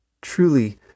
Truly